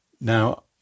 Now